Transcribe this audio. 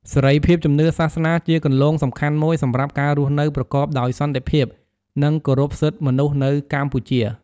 សេរីភាពជំនឿសាសនាជាគន្លងសំខាន់មួយសម្រាប់ការរស់នៅប្រកបដោយសន្តិភាព និងគោរពសិទ្ធិមនុស្សនៅកម្ពុជា។